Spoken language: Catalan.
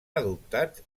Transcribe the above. adoptats